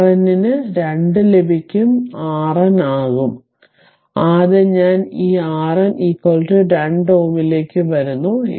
RN ന് 2 ലഭിക്കും RN r ആകും ആദ്യം ഞാൻ ആ RN 2 Ω ലേക്ക് വരുന്നു